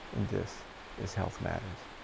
and this is health matters.